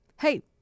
hey